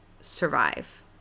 survive